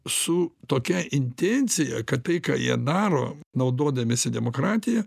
su tokia intencija kad tai ką jie daro naudodamiesi demokratija